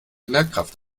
lehrkraft